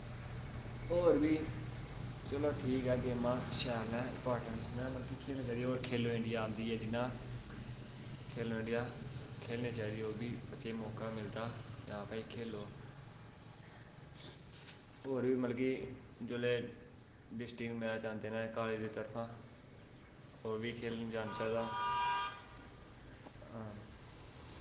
होर बी चलो ठीक ऐ गेमां शैल न इंपार्टैंस न मतलब कि खेलनां चाहिदी खेलो इंडिया आंदी ऐ जियां खेलो इंडिया खेलनी चाहिदी ओह् बी बच्चें गी मौका मिलदा कि हां भाई खेलो होर बी मतलब कि जेल्लै डिस्टिक मैच आंदे न कालेज़ दी तरफा ओह् बी खेलन जाना चाहिदा हां